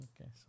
Okay